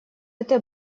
это